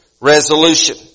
resolution